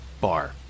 bar